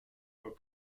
are